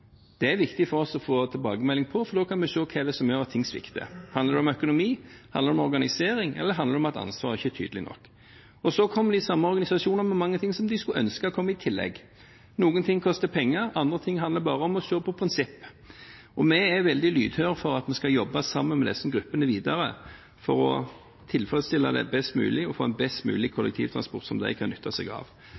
er det viktig for oss å få tilbakemelding om, for da kan vi se hva det er som gjør at ting svikter. Handler det om økonomi, handler det om organisering, eller handler det om at ansvaret ikke er tydelig nok? De samme organisasjonene kommer med mye som de skulle ønske kom i tillegg. Noe koster penger, andre ting handler bare om å se på prinsipp. Vi er veldig lydhøre for at vi skal jobbe sammen med disse gruppene videre, for å tilfredsstille dem best mulig og få en best mulig kollektivtransport som de kan nytte seg av.